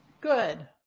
Good